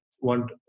want